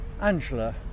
Angela